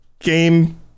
Game